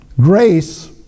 Grace